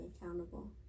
accountable